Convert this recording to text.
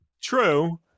True